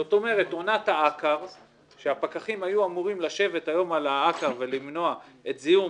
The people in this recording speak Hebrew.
זאת אומרת --- שהפקחים היו אמורים לשבת על האקר ולמנוע את זיהום